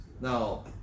Now